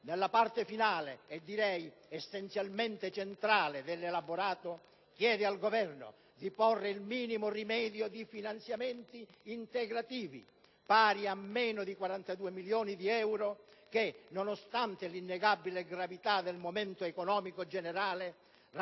nella parte finale (e direi essenzialmente centrale) dell'elaborato, si chiede al Governo di porre il minimo rimedio, stanziando finanziamenti integrativi, pari a meno di 42 milioni di euro che, nonostante l'innegabile gravità del momento economico generale,